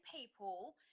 people